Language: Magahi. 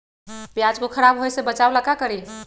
प्याज को खराब होय से बचाव ला का करी?